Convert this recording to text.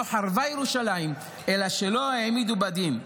לא חרבה ירושלים אלא על שהעמידו בה דין.